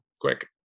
quick